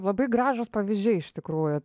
labai gražūs pavyzdžiai iš tikrųjų